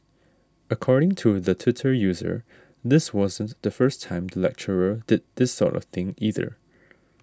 according to the Twitter user this wasn't the first time the lecturer did this sort of thing either